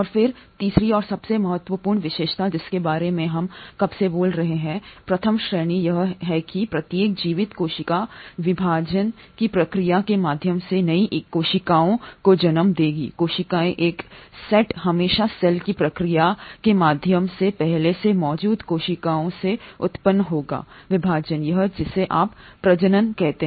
और फिर तीसरी और सबसे महत्वपूर्ण विशेषता जिसके बारे में हम कब से बोल रहे हैं प्रथम श्रेणी यह है कि प्रत्येक जीवित कोशिका कोशिका विभाजन की प्रक्रिया के माध्यम से नई कोशिकाओं को जन्म देगी कोशिकाओं का एक सेट हमेशा सेल की प्रक्रिया के माध्यम से पहले से मौजूद कोशिकाओं से उत्पन्न होगा विभाजन या जिसे आप प्रजनन कहते हैं